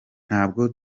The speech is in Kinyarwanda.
ntabwo